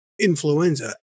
influenza